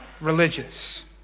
religious